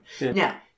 Now